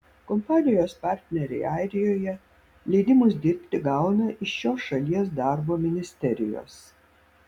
kompanijos partneriai airijoje leidimus dirbti gauna iš šios šalies darbo ministerijos